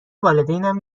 والدینم